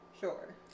sure